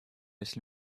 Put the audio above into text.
если